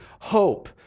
hope